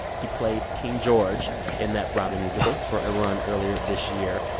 he played king george in that broadway musical for a run earlier this year.